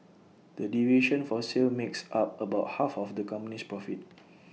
the division for sale makes up about half of the company's profit